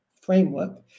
framework